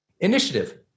Initiative